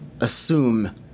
assume